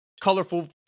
colorful